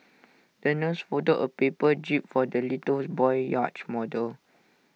the nurse folded A paper jib for the little boy's yacht model